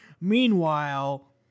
Meanwhile